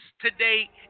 today